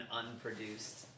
unproduced